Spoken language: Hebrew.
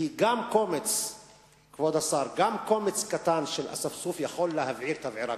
כי גם קומץ קטן של אספסוף יכול להבעיר תבערה גדולה.